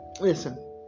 listen